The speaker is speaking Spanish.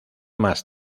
más